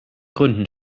gründen